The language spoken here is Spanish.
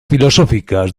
filosóficas